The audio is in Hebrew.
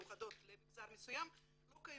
אבל תכניות מובנות שמיוחדות למגזר מסוים לא קיימות.